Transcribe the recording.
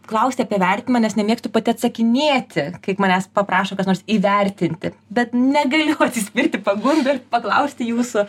klausti apie vertinimą nes nemėgstu pati atsakinėti kaip manęs paprašo kas nors įvertinti bet negaliu atsispirti pagundai ir paklausti jūsų